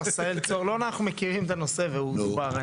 עשהאל צור, אנחנו מכירים את הנושא והוא מקובל.